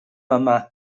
yma